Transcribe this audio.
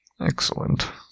Excellent